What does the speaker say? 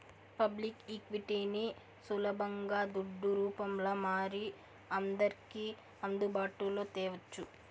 public ఈక్విటీని సులబంగా దుడ్డు రూపంల మారి అందర్కి అందుబాటులో తేవచ్చు